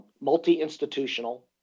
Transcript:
multi-institutional